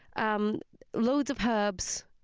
um loads of herbs,